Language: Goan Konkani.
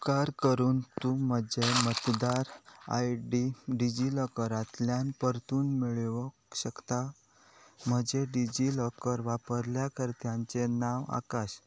उपकार करून तूं म्हजें मतदार आय डी डिजी लॉकरांतल्यान परतून मेळोवंक शकता म्हजें डिजी लॉकर वापरल्या कर्त्यांचें नांव आकाश